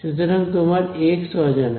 সুতরাং তোমার x অজানা